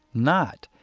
not,